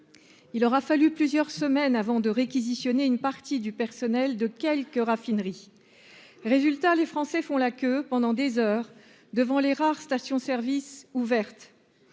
il aura fallu plusieurs semaines avant de réquisitionner une partie du personnel de quelques raffineries, résultat : les Français font la queue pendant des heures devant les rares stations service ouvertes,